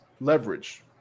leverage